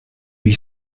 lui